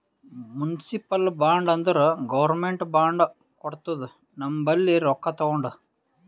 municipal bond ಅಂದುರ್ government bond ಕೊಡ್ತುದ ನಮ್ ಬಲ್ಲಿ ರೊಕ್ಕಾ ತಗೊಂಡು